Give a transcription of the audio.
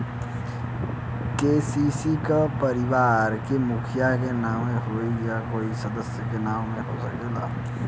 KCC का परिवार के मुखिया के नावे होई या कोई भी सदस्य के नाव से हो सकेला?